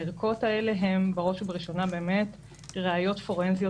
הערכות האלה הן בראש ובראשונה ראיות פורנזיות